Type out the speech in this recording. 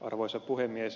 arvoisa puhemies